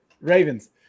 Ravens